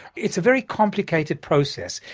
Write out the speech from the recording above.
it's a very complicated process,